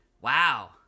Wow